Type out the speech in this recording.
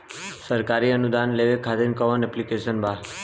सरकारी अनुदान लेबे खातिर कवन ऐप्लिकेशन बा?